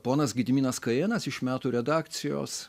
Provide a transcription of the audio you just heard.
ponas gediminas kajėnas iš metų redakcijos